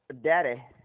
daddy